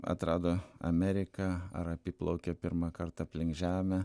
atrado ameriką ar apiplaukė pirmą kartą aplink žemę